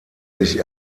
sich